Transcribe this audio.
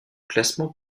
classement